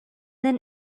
then